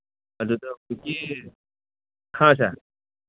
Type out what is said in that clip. ꯑꯗꯨꯗ ꯍꯧꯖꯤꯛꯀꯤ ꯍꯥ ꯁꯥꯔ